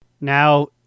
Now